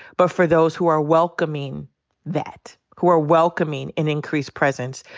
but for those who are welcoming that. who are welcoming an increased presence.